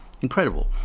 Incredible